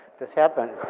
this happened.